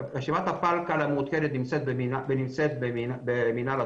רשימת הפלקל המעודכנת נמצאת במנהל התכנון.